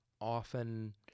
often